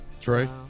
Trey